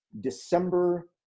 December